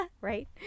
right